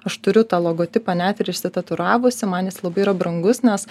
aš turiu tą logotipą net ir išsitatuiravusi man jis labai yra brangus nes